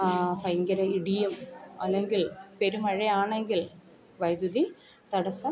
ഭയങ്കര ഇടിയും അല്ലെങ്കിൽ പെരുമഴയാണെങ്കിൽ വൈദ്യുതി തടസ്സം